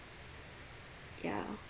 ya